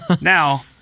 Now